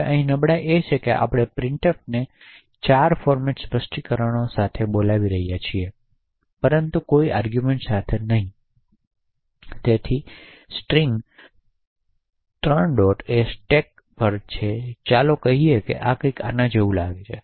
હવે અહીં નબળાઈ એ છે કે આપણે પ્રિંટફને 4 ફોર્મેટ સ્પષ્ટીકરણો સાથે બોલાવી રહ્યા છીએ પરંતુ કોઈ આર્ગૂમેંટ સાથે નહીં તેથી સ્ટ્રિંગ સ્ટેક ચાલો કહીએ કે આ કંઈક આના જેવું લાગે છે